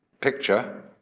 picture